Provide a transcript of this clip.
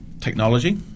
technology